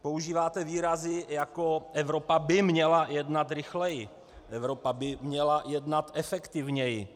Používáte výrazy jako: Evropa by měla jednat rychleji, Evropa by měla jednat efektivněji.